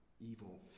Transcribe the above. evil